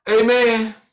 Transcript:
amen